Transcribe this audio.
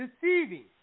deceiving